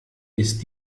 ist